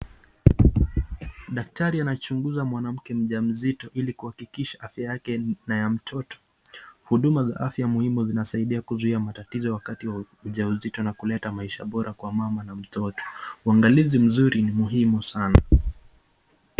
Daktari anachunguza mwanamke mjamzito ili kuhakikisha afya yake na ya mtoto. Huduma za afya muhimu zinasaidia kuzuia matatizo wakati wa ujauzito na kuleta ubora kwa mama na mtoto, uangalizi mzuri ni muhimu sana.